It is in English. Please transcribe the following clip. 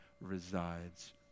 resides